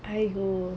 I go